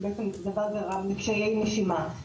מקשיי נשימה,